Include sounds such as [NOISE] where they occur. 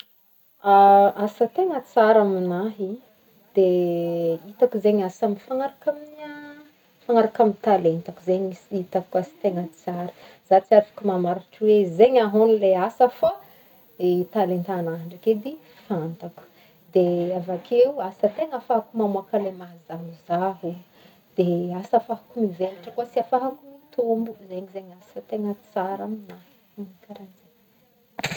[HESITATION] Asa tegna tsara amignahy de [HESITATION] de hitako zegny asa mifanaraka amin'ny ah [HESITATION] mifanaraka amin'ny talentako zegny izy hitako koa asa tegna tsara, za tsy afaky mamaritry hoe zegny ahoagny le asa fô eh talentagnahy ndraiky edy fantanko, de avy akeo asa tegna ahafahako mamoaka le maha zaho zaho de asa ahafahako mivelatra koa sy ahafahako mitombo, zegny zegny asa tegna tsara aminahy magnagno karaha zegny.